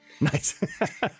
Nice